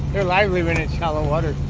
they're lively when it's shallow water